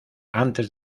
antes